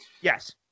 Yes